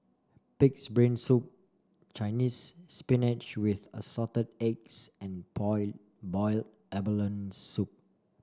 pig's brain soup Chinese Spinach with Assorted Eggs and Boiled Abalone Soup